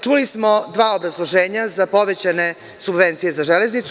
Čuli smo dva obrazloženja za povećane subvencije za Železnicu.